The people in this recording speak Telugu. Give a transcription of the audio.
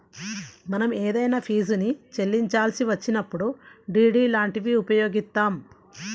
మనం ఏదైనా ఫీజుని చెల్లించాల్సి వచ్చినప్పుడు డి.డి లాంటివి ఉపయోగిత్తాం